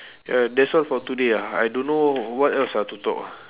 ya that's all for today ah I don't know what else ah to talk